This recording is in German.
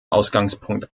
ausgangspunkt